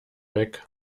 weg